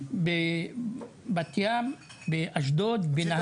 בבת ים, באשדוד, בנהריה.